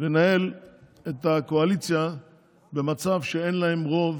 לנהל את הקואליציה במצב שאין להם רוב